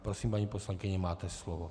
Prosím, paní poslankyně, máte slovo.